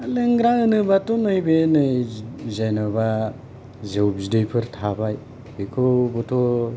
लोंग्रा होनोबाथ' नैबे नै जेन'बा जौ बिदैफोर थाबाय बिखौबोथ'